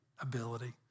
ability